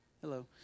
Hello